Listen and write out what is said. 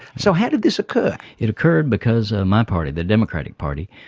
so how did this occur? it occurred because my party, the democratic party,